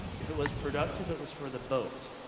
if it was productive, it was for the boat.